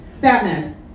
Batman